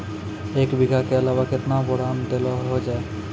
एक बीघा के अलावा केतना बोरान देलो हो जाए?